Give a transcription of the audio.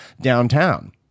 downtown